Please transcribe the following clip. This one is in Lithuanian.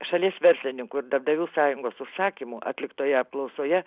šalies verslininkų ir darbdavių sąjungos užsakymu atliktoje apklausoje